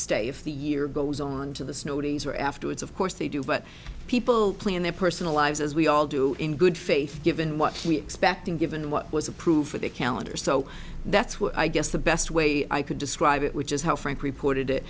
stay if the year goes on to the snow days or afterwards of course they do but people play in their personal lives as we all do in good faith given what we expected given what was approved for the calendar so that's what i guess the best way i could describe it which is how frank reported it